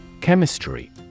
Chemistry